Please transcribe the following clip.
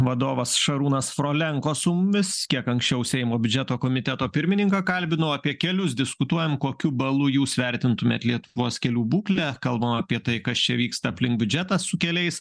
vadovas šarūnas frolenko su mumis kiek anksčiau seimo biudžeto komiteto pirmininką kalbinau apie kelius diskutuojam kokiu balu jūs vertintumėt lietuvos kelių būklę kalbam apie tai kas čia vyksta aplink biudžetą su keliais